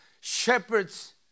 shepherds